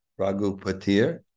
Ragupatir